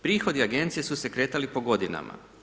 Prihodi Agencije su se kretali po godinama.